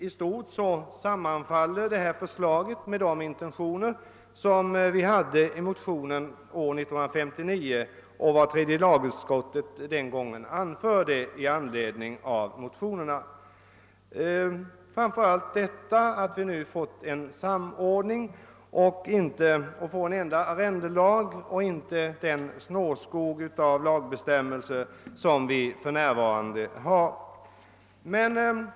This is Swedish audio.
I stort sett infriar detta förslag de intentioner vi hade med vår motion 1959 och vad tredje lagutskottet den gången anförde med anledning av motionen. Jag tänker framför allt på att vi nu kommer att få en samordning och får en enda arrendelag i stället för den snårskog av lagbestämmelser som vi för närvarande har.